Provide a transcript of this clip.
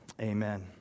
amen